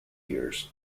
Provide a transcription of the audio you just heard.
years